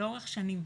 לאורך שנים.